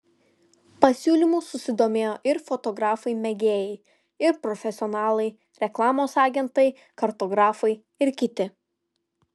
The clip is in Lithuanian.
pasiūlymu susidomėjo ir fotografai mėgėjai ir profesionalai reklamos agentai kartografai ir kiti